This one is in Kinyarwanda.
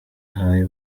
ahaye